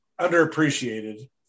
underappreciated